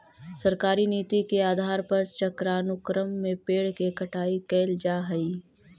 सरकारी नीति के आधार पर चक्रानुक्रम में पेड़ के कटाई कैल जा हई